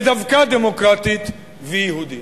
ודווקא דמוקרטית ויהודית.